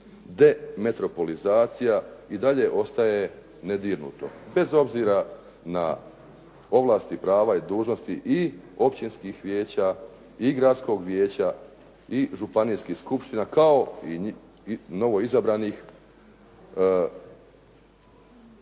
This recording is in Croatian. demetropolizacija i dalje ostaje nedirnuto bez obzira na ovlasti, prava i dužnosti i općinskih vijeća i gradskog vijeća i županijskih skupština kao i novoizabranih